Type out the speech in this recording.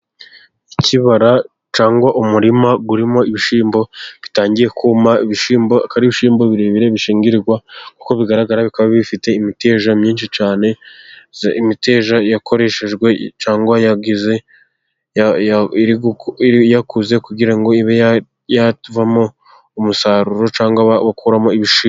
Ikibara cyangwa umurima urimo ibishyimbo bitangiye kuma . Ibishyimbo akaba aribishyimbo birebire bishingirwa kuko bigaragara bikaba bifite imiteja myinshi cyane, imiteja yakoreshejwe cyangwa yakuze kugira ngo ibe yavamo umusaruro cyangwa bagakuramo ibishyimbo.